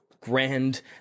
grand